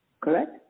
correct